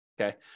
okay